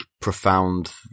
profound